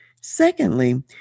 Secondly